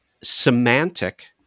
semantic